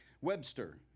Webster